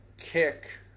kick